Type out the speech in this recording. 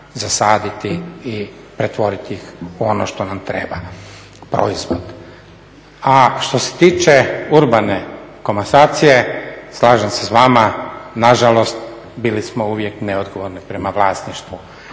zasaditi ih i pretvoriti ih u ono što nam treba, proizvod. A što se tiče urbane komasacije, slažem se s vama, nažalost bili smo uvijek neodgovorni prema vlasništvu